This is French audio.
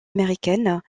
américaines